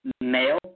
male